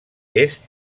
est